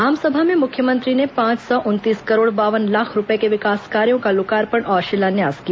आमसभा में मुख्यमंत्री ने पांच सौ उनतीस करोड़ बावन लाख रूपए के विकास कार्यों का लोकार्पण और शिलान्यास किया